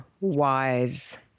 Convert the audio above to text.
wise